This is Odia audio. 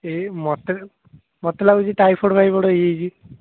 ଏଇ ମୋତେ ମୋତେ ଲାଗୁଛି ଟାଇଫୟେଡ଼୍ ଫାଇଫୋଇଡ଼୍ ହେଇଯାଇଛି